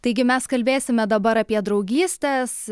taigi mes kalbėsime dabar apie draugystes